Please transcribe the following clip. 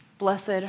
Blessed